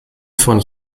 von